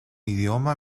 idioma